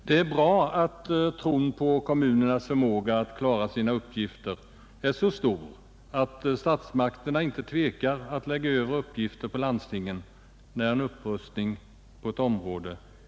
Det är bra att tron på kommunernas förmåga att klara sina uppgifter är så stor att statsmakterna inte tvekar att lägga över uppgifter på landstingen när det måste ske en upprustning på ett område.